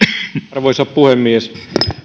arvoisa puhemies